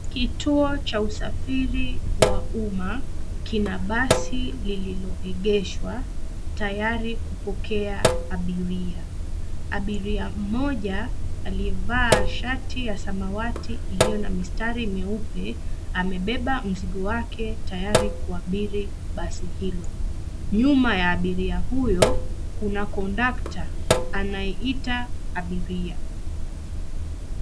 Kituo cha usafiri wa umma, kina basi lililoeegeshwa tayari kupokea abiria. Abiria mmoja aliyevaa shati ya samawati iliyo na mistari mieupe amebeba mzigo wake tayari kuabiri basi hilo. Nyuma ya abiria huyo kuna kondakta anayeita abiria.